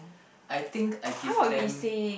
I think I give them